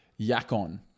Yakon